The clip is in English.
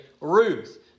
Ruth